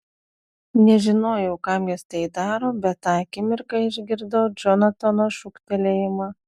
nežinojau kam jis tai daro bet tą akimirką išgirdau džonatano šūktelėjimą